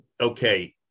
okay